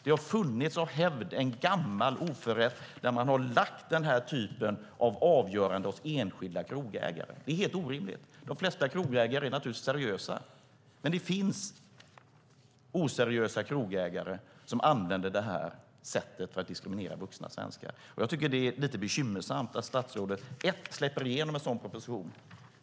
Det har av hävd funnits en gammal rätt där man har lagt den här typen av avgörande hos enskilda krogägare. Det är helt orimligt. De flest krogägare är naturligtvis seriösa, men det finns oseriösa krogägare som använder det här sättet för att diskriminera vuxna svenskar. Jag tycker att det är lite bekymmersamt att statsrådet släpper igenom en sådan proposition.